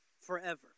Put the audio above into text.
forever